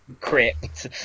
crypt